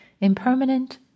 impermanent